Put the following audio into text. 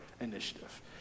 initiative